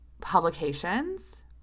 publications